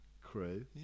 crew